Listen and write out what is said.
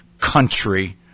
country